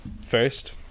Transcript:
first